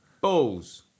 Balls